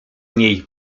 niej